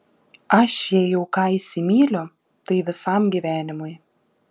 aš jei jau ką įsimyliu tai visam gyvenimui